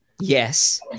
Yes